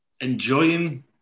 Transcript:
enjoying